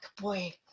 boy